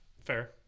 Fair